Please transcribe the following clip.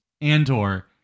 Andor